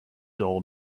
dull